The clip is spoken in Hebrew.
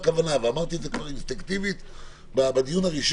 בכוונה אני מציגה בערך 25% תיקים בחובות וכמעט 40% במעמד אישי.